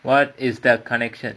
what is that connection